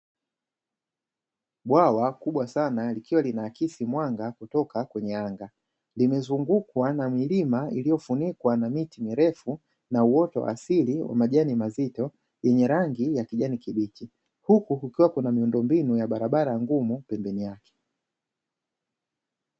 Bwawa kubwa sana likiwa linaakisi mwanga kutoka kwenye anga, limezungukwa na milima iliyofunikwa na miti mirefu na uoto asili wa majani mazito yenye rangi ya kijani kibichi, huku kukiwa na miundo mbinu ya barabara ngumu pembeni yake.